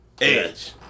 Edge